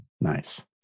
Nice